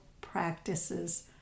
practices